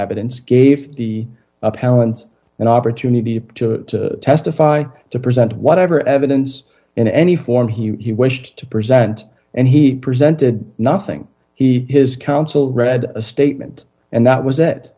evidence gave the appellant an opportunity to testify to present whatever evidence in any form he wished to present and he presented nothing he his counsel read a statement and that was